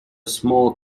small